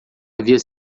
havia